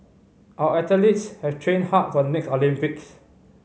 our athletes have training hard for the next Olympics